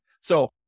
So-